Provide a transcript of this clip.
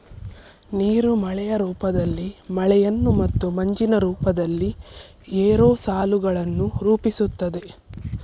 ನೀರು ಮಳೆಯ ರೂಪದಲ್ಲಿ ಮಳೆಯನ್ನು ಮತ್ತು ಮಂಜಿನ ರೂಪದಲ್ಲಿ ಏರೋಸಾಲುಗಳನ್ನು ರೂಪಿಸುತ್ತದೆ